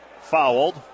fouled